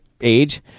age